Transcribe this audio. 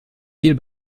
viel